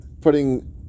putting